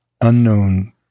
unknown